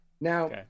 Now